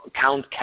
count